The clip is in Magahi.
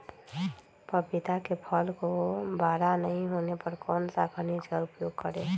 पपीता के फल को बड़ा नहीं होने पर कौन सा खनिज का उपयोग करें?